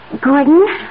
Gordon